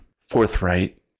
forthright